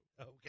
Okay